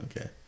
Okay